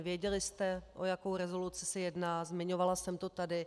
Věděli jste, o jakou rezoluci se jedná, zmiňovala jsem to tady.